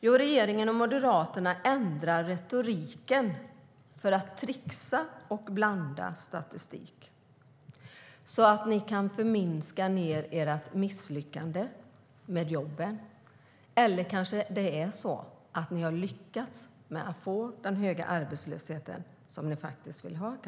Jo, regeringen och Moderaterna ändrar retoriken och tricksar och blandar statistik, så att ni kan förminska ert misslyckande med jobben. Eller kanske det är så att ni har lyckats med att få den höga arbetslöshet som ni kanske vill ha.